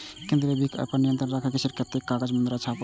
केंद्रीय बैंक अय पर नियंत्रण राखै छै, जे कतेक कागजी मुद्रा छापल जेतै